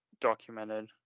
documented